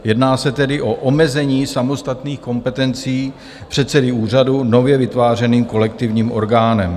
Jedná se tedy o omezení samostatných kompetencí předsedy úřadu nově vytvářeným kolektivním orgánem.